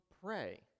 pray